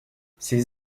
ses